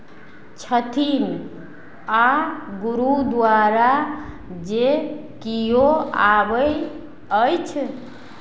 छथि आ गुरुद्वारा जे किओ आबै अछि